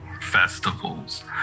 festivals